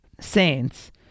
saints